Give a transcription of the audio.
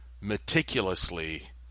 meticulously